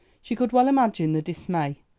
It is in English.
she could well imagine the dismay,